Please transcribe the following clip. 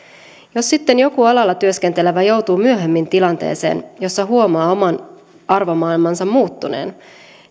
jos sitten joku alalla työskentelevä joutuu myöhemmin tilanteeseen jossa huomaa oman arvomaailmansa muuttuneen